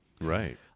Right